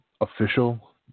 official